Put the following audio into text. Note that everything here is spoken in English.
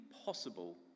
impossible